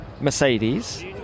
Mercedes